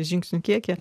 žingsnių kiekį